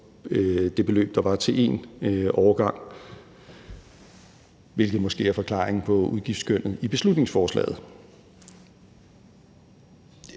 var det beløb, der ville gå til én årgang, hvilket måske er forklaringen på udgiftsskønnet i beslutningsforslaget.